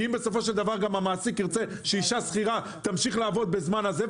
אם המעסיק ירצה שאישה שכירה תמשיך לעבוד בזמן הזה,